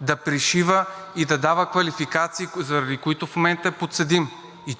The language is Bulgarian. да пришива и да дава квалификации, заради които в момента е подсъдим.